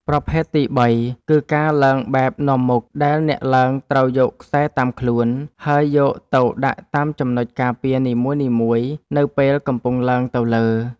ប្រភេទទីបីគឺ ការឡើងបែបនាំមុខ ដែលអ្នកឡើងត្រូវយកខ្សែតាមខ្លួន ហើយយកទៅដាក់តាមចំណុចការពារនីមួយៗនៅពេលកំពុងឡើងទៅលើ។